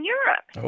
Europe